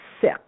Sick